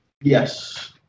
Yes